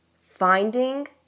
finding